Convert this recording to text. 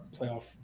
playoff